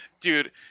dude